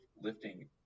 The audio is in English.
lifting